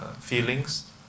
feelings